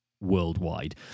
worldwide